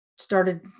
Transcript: started